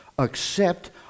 Accept